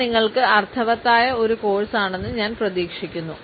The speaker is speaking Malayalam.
ഇത് നിങ്ങൾക്ക് അർത്ഥവത്തായ ഒരു കോഴ്സ് ആണെന്ന് ഞാൻ പ്രതീക്ഷിക്കുന്നു